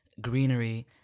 greenery